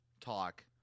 talk